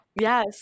yes